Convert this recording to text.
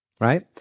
right